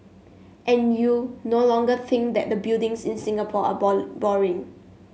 and you no longer think that the buildings in Singapore are boring